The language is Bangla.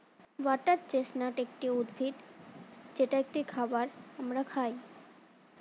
ওয়াটার চেস্টনাট একটি উদ্ভিদ যেটা একটি খাবার আমরা খাই